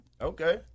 Okay